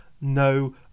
no